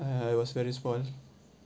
I was very small